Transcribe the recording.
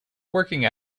working